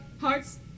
hearts